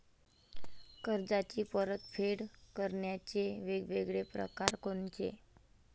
कर्जाची परतफेड करण्याचे वेगवेगळ परकार कोनचे?